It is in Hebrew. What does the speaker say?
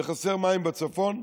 חסרים מים בצפון,